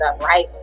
right